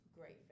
great